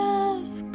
Love